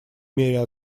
мере